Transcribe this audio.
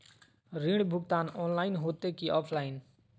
ऋण भुगतान ऑनलाइन होते की ऑफलाइन?